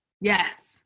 Yes